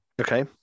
okay